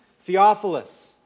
Theophilus